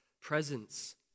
presence